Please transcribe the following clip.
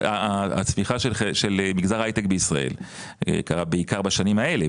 הצמיחה של מגזר ההייטק בישראל קרה בעיקר בשנים האלה,